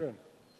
כן.